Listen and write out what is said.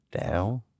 Down